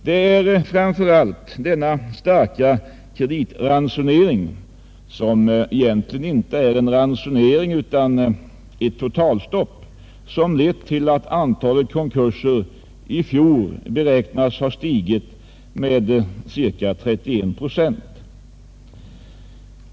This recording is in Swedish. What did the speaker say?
Det är framför allt denna starka kreditransonering — som egentligen inte är en ransonering utan ett totalstopp — som lett till att antalet konkurser i fjol beräknas ha stigit med ca 31 procent.